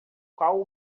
qual